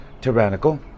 tyrannical